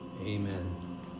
Amen